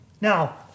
Now